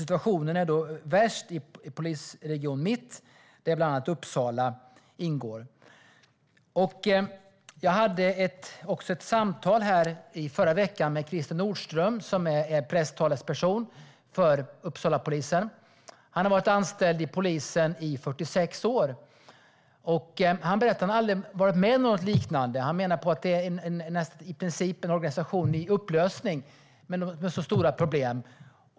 Situationen är värst i Polisregion Mitt, där bland annat Uppsala ingår. Jag hade i förra veckan ett samtal med Christer Nordström, som är presstalesperson för Uppsalapolisen. Han har varit anställd i polisen i 46 år. Han berättade att han aldrig har varit med om något liknande. Han menade att det i princip är en organisation i upplösning. Det är så stora problem.